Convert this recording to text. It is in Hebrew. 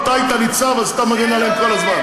אתה היית ניצב אז אתה מגן עליהם כל הזמן.